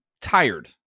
tired